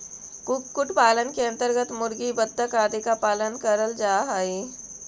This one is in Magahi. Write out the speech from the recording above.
कुक्कुट पालन के अन्तर्गत मुर्गी, बतख आदि का पालन करल जा हई